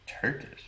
Turkish